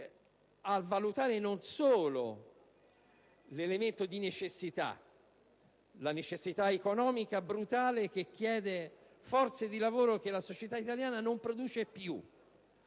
a valutare non solo l'elemento di necessità - la brutale necessità economica che chiede forze di lavoro che la società italiana non produce più